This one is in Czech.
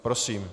Prosím.